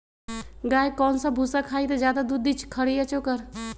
गाय कौन सा भूसा खाई त ज्यादा दूध दी खरी या चोकर?